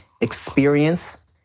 experience